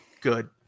Good